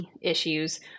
issues